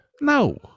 No